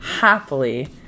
happily